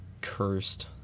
cursed